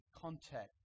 contact